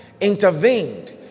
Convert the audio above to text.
intervened